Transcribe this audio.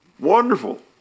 Wonderful